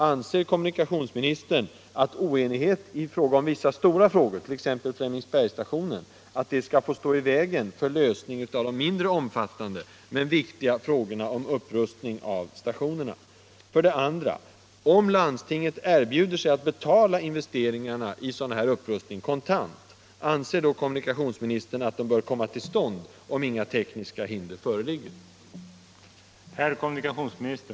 Anser kommunikationsministern att oenigheten i vissa stora frågor, t.ex. när det gäller Flemingsbergstationen, skall få stå i vägen för lösningen av de mindre omfattande men viktiga frågorna om upprustning av stationerna? 2. Om landstinget erbjuder sig att betala investeringarna för sådana här upprustningar kontant, anser då kommunikationsministern att de bör komma till stånd därest inga tekniska hinder föreligger?